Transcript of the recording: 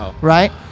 Right